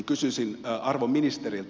kysyisin arvon ministeriltä